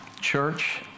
Church